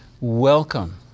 Welcome